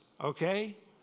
okay